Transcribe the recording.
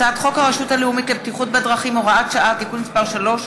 הצעת חוק הרשות הלאומית לבטיחות בדרכים (הוראת שעה) (תיקון מס' 3),